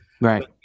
Right